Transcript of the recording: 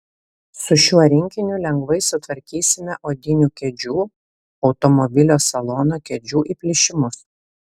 su šiuo rinkiniu lengvai sutvarkysime odinių kėdžių automobilio salono kėdžių įplyšimus